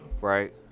right